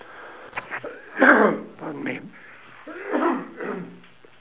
pardon me